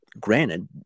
granted